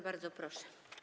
Bardzo proszę.